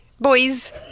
Boys